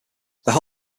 their